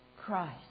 Christ